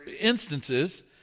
instances